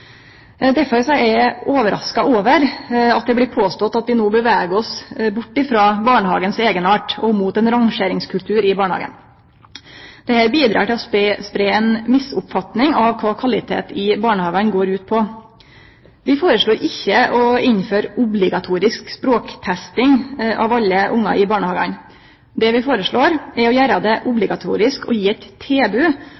Derfor er eg overraska over at det blir påstått at vi no beveger oss bort frå barnehagens eigenart, og mot ein rangeringskultur i barnehagen. Dette bidreg til å spreie ei misoppfatning av kva kvalitet i barnehagen går ut på. Vi foreslår ikkje å innføre obligatorisk språktesting av alle ungar i barnehagen. Det vi foreslår, er å gjere det